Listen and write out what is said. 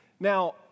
Now